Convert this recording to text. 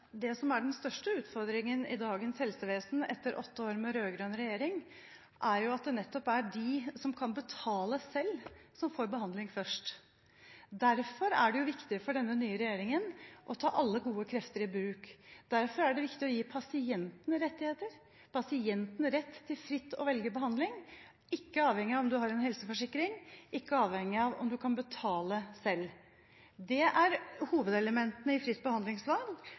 Det som er den største utfordringen i dagens helsevesen etter åtte år med rød-grønn regjering, er jo at det nettopp er de som kan betale selv, som får behandling først. Derfor er det viktig for denne nye regjeringen å ta alle gode krefter i bruk. Derfor er det viktig å gi pasienten rettigheter – pasienten rett til fritt å velge behandling – ikke avhengig av om man har en helseforsikring, og ikke avhengig av om man kan betale selv. Hovedelementene i fritt behandlingsvalg